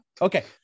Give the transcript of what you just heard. Okay